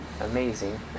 amazing